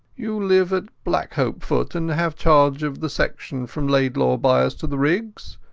you live at blackhopefoot, and have charge of the section from laidlawbyres to the riggs?